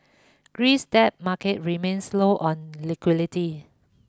Greece debt market remains low on liquidity